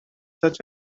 such